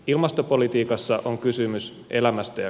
se on tämä